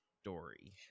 story